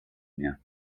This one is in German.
mehr